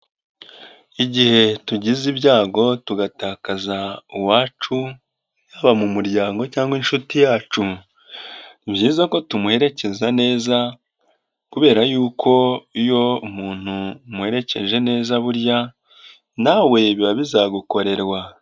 Igihe tugize ibyago tugatakaza uwacu haba mu muryango cyangwa inshuti yacu, ni byiza ko tumuherekeza neza kubera yuko iyo umuntu umuherekeje neza burya nawe biba bizagukorerwa.